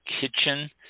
kitchen